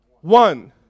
one